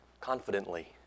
Confidently